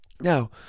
Now